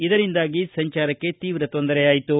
ಇದರಿಂದಾಗಿ ಸಂಚಾರಕ್ಕೆ ತೀವ್ರ ತೊಂದರೆಯಾಯಿತು